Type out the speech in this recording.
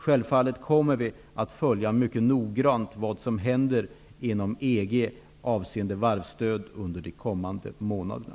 Självfallet kommer vi att mycket noggrant följa vad som händer inom EG avseende varvsstöd under de kommande månaderna.